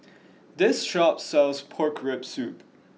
this shop sells pork rib soup